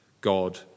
God